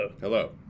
Hello